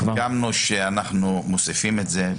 סיכמנו שאנחנו מוסיפים את זה.